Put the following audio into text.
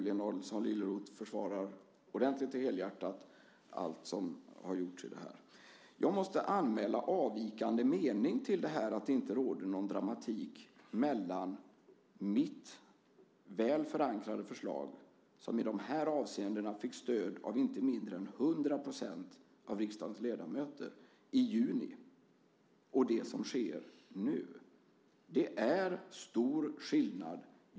Lena Adelsohn Liljeroth försvarar ordentligt och helhjärtat allt som har gjorts här. Jag måste anmäla en avvikande mening beträffande detta med att det inte råder någon dramatik mellan å ena sidan mitt väl förankrade förslag som i de här avseendena i juni fick stöd av inte mindre än 100 % av riksdagens ledamöter och å andra sidan det som nu sker. Det är stor skillnad.